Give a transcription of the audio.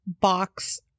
Box